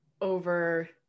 over